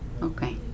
Okay